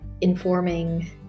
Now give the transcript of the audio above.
informing